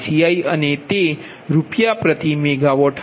ICiઅને તે RsMWh